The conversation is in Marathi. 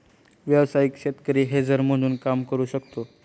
व्यावसायिक शेतकरी हेजर म्हणून काम करू शकतो